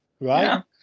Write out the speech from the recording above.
right